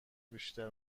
بیشتر